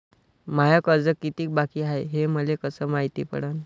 माय कर्ज कितीक बाकी हाय, हे मले कस मायती पडन?